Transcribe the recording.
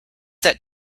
that